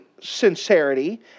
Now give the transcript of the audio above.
sincerity